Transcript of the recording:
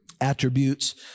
attributes